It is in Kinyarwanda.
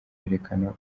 yerekana